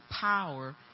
power